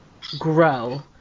grow